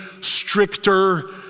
stricter